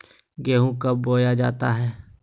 गेंहू कब बोया जाता हैं?